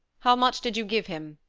how much did you give him?